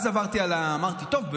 אז אמרתי: טוב,